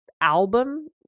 album